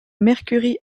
mercury